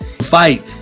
fight